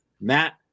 Matt